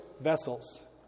vessels